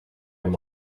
him